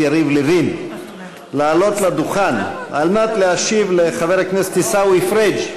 יריב לוין לעלות לדוכן על מנת להשיב לחבר הכנסת עיסאווי פריג'.